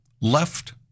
left